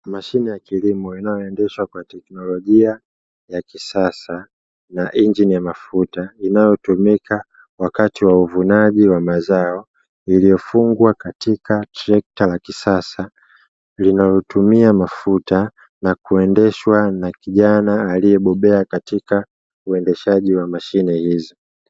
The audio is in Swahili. Mashine ya kilimo inayoendeshwa kwa teknolojia ya kisasa na injini ya mafuta, inayotumika wakati wa uvunaji wa mazao, iliyofungwa katika trekta la kisasa linaotumia mafuta na kuendeshwa na kijana aliyebobea katika uendeshaji wa mashine hizo.